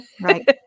Right